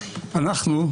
אנחנו,